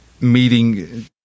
meeting